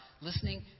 listening